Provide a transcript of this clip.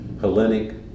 Hellenic